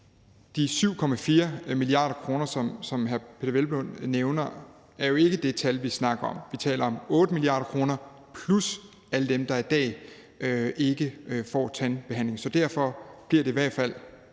De 7,4 mia. kr., som hr. Peder Hvelplund nævner, er jo ikke det tal, vi snakker om. Vi taler om 8 mia. kr. plus alle dem, der i dag ikke får tandbehandling. Så derfor vil mit ret